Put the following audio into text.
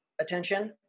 attention